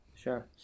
Sure